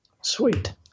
Sweet